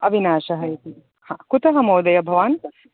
अविनाशः इति हा कुतः महोदयः भवान्